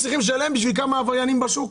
צריכים לשלם בשביל כמה עבריינים בשוק?